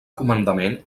comandament